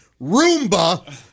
Roomba